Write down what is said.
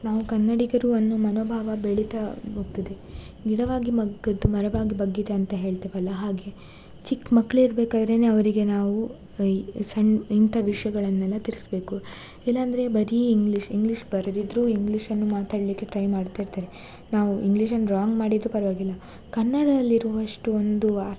ನಾವು ಕನ್ನಡಿಗರು ಅನ್ನೋ ಮನೋಭಾವ ಬೆಳಿತಾ ಹೋಗ್ತದೆ ಗಿಡವಾಗಿ ಬಗ್ಗದ್ದು ಮರವಾಗಿ ಬಗ್ಗೀತೇ ಅಂತ ಹೇಳ್ತೇವಲ್ಲಾ ಹಾಗೆ ಚಿಕ್ಕ ಮಕ್ಕಳಿರ್ಬೇಕಾದ್ರೆನೇ ಅವರಿಗೆ ನಾವು ಈ ಸಣ್ಣ ಇಂಥ ವಿಷಯಗಳನ್ನೆಲ್ಲಾ ತಿಳಿಸ್ಬೇಕು ಇಲ್ಲಾಂದರೆ ಬರೀ ಇಂಗ್ಲೀಷ್ ಇಂಗ್ಲೀಷ್ ಬರದಿದ್ದರೂ ಇಂಗ್ಲೀಷನ್ನು ಮಾತಾಡಲಿಕ್ಕೆ ಟ್ರೈ ಮಾಡ್ತಿರ್ತಾರೆ ನಾವು ಇಂಗ್ಲೀಷನ್ನು ರಾಂಗ್ ಮಾಡಿದರೂ ಪರವಾಗಿಲ್ಲ ಕನ್ನಡದಲ್ಲಿರುವಷ್ಟು ಒಂದು ಅರ್ಥ